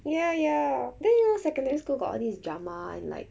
ya ya then you know secondary school got all these drama and like